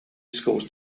schools